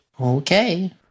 Okay